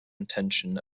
intention